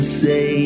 say